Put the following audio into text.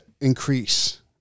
increase